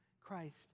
Christ